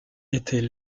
était